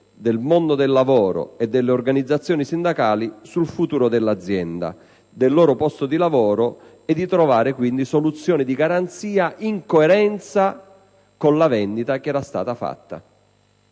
del mondo del lavoro e delle organizzazioni sindacali sul futuro dell'azienda e dei posti di lavoro, al fine di trovare soluzioni di garanzia in coerenza con la vendita che era stata fatta.